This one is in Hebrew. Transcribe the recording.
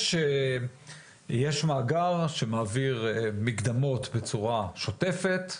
יש מאגר שמעביר מקדמות בצורה שוטפת,